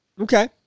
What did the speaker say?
Okay